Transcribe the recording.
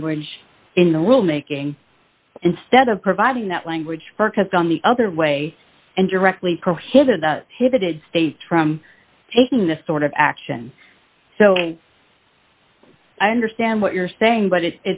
language in the rule making instead of providing that language for cars on the other way and directly prohibited pitted states from taking this sort of action so i understand what you're saying but it